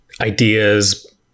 ideas